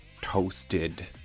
toasted